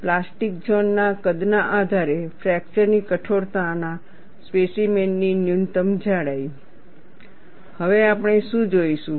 plastic zone ના કદના આધારે ફ્રેક્ચર ની કઠોરતાના સ્પેસીમેનની ન્યૂનતમ જાડાઈ હવે આપણે શું જોઈશું